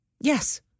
Yes